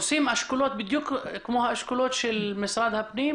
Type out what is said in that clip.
עושים אשכולות בדיוק כמו האשכולות של משרד הפנים,